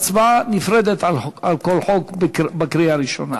והצבעה נפרדת על כל חוק בקריאה הראשונה.